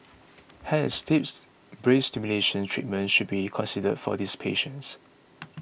hence deep brain stimulation treatment should be considered for these patients